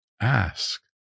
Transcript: Ask